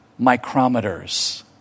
micrometers